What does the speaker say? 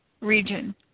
region